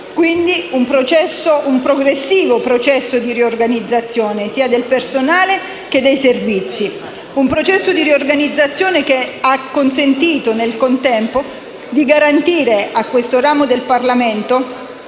quindi, un progressivo processo di riorganizzazione sia del personale che dei servizi; un processo di riorganizzazione che ha consentito, nel contempo, di garantire a questo ramo del Parlamento